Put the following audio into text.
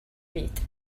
byd